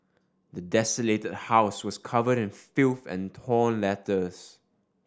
the desolated house was covered in filth and torn letters